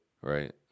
Right